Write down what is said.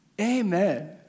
Amen